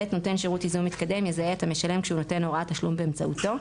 נותן שירות ייזום מתקדם יזהה את המשלם כשהוא נותן הוראת תשלום באמצעותו,